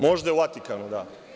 Možda u Vatikanu, da.